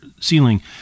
ceiling